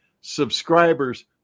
Subscribers